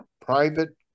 private